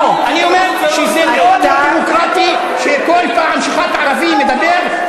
אני אומר שזה מאוד לא דמוקרטי שכל פעם שחבר כנסת ערבי מדבר,